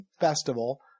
festival